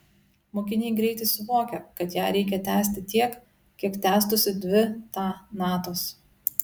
mokiniai greitai suvokia kad ją reikia tęsti tiek kiek tęstųsi dvi ta natos